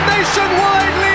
Nationwide